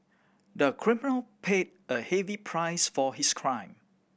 the criminal paid a heavy price for his crime